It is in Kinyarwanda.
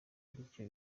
bityo